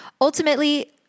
Ultimately